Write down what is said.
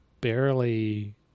barely